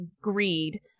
greed